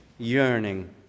yearning